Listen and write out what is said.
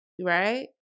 right